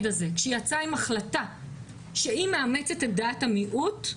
יצאה בהחלטה שהיא מאמצת את דעת המיעוט.